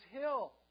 hill